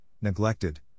neglected